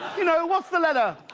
you know, what's the letter,